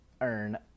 earn